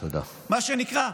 מה שנקרא,